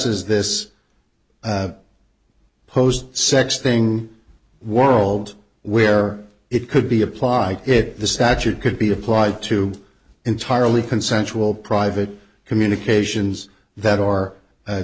es this pose sexting world where it could be applied it the statute could be applied to entirely consensual private communications that are